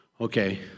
Okay